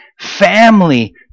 family